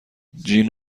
جین